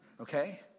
okay